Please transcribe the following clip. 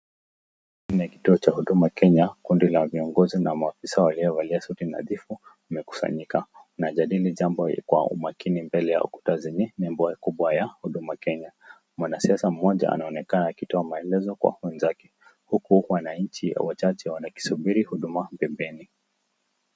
Hii ni kituo cha huduma kenya kundi la viongozi na maafisa walio valia suti nadhifu wamekusanyika, wanajadili jambo kwa umakini mbele ya ukuta kazini kubwa ya huduma kenya, mwasiasa mmoja anaonekana akitoa maelezo kwa wenzake huku wanainchi wachache wanakisubiri huduma pembeni.